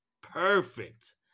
Perfect